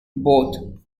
both